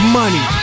money